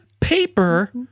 paper